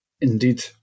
Indeed